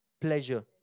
pleasure